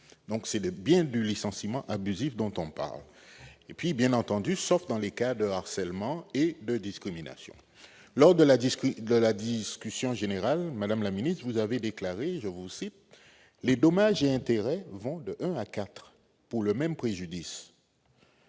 c'est bien du licenciement abusif dont nous parlons -, sauf, bien entendu, dans les cas de harcèlement et de discrimination. Lors de la discussion générale, madame la ministre, vous avez déclaré :« Les dommages et intérêts vont d'un à quatre pour le même préjudice,